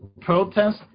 protest